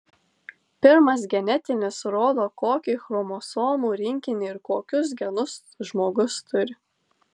pirmas genetinis rodo kokį chromosomų rinkinį ir kokius genus žmogus turi